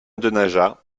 denaja